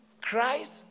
Christ